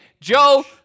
Joe